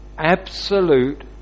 Absolute